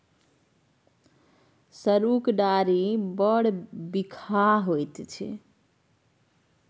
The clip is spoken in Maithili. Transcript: सरुक डारि बड़ बिखाह होइत छै